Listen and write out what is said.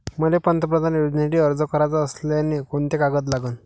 मले पंतप्रधान योजनेसाठी अर्ज कराचा असल्याने कोंते कागद लागन?